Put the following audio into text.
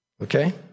Okay